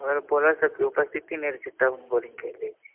अगर बॉलरक तऽअनुपस्थिति रहै छै तऽ हम बॉलिंग कए लेइ छी